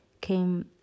came